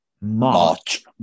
March